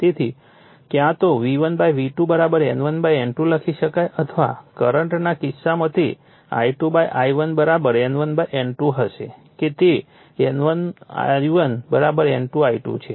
તેથી ક્યાં તો V1 V2 N1 N2 લખી શકાય અથવા કરંટના કિસ્સામાં તે I2 I1 N1 N2 હશે કે તે N1 I1 N2 I2 છે